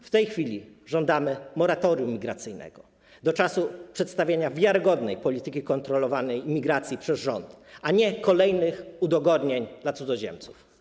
W tej chwili żądamy moratorium migracyjnego do czasu przedstawienia wiarygodnej polityki kontrolowanej imigracji przez rząd, a nie kolejnych udogodnień dla cudzoziemców.